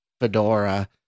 fedora